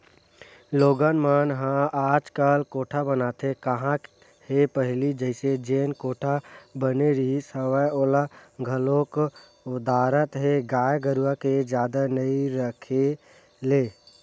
लोगन मन ह आजकल कोठा बनाते काँहा हे पहिली जइसे जेन कोठा बने रिहिस हवय ओला घलोक ओदरात हे गाय गरुवा के जादा नइ रखे ले